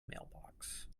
mailbox